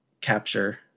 capture